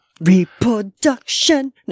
Reproduction